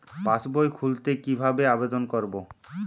পাসবই খুলতে কি ভাবে আবেদন করব?